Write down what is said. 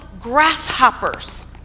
grasshoppers